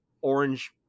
orange